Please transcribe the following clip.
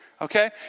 Okay